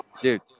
dude